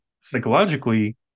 psychologically